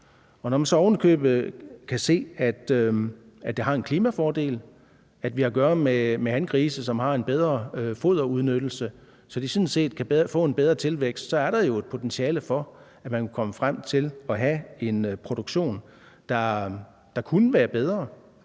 når man så ovenikøbet kan se, at det har en klimafordel, at vi har at gøre med hangrise, som har en bedre foderudnyttelse, så de sådan set kan få en bedre tilvækst, så er der jo et potentiale for, at man kunne komme frem til at have en produktion, der kunne være bedre,